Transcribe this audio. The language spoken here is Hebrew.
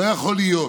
לא יכול להיות